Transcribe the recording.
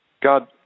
God